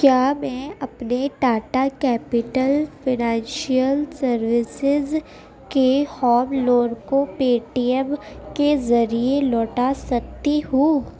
کیا میں اپنے ٹاٹا کیپٹل فنانشئل سروسز کے ہوم لون کو پے ٹی ایم کے ذریعے لوٹا سکتی ہوں